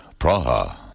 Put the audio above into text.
Praha